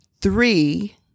Three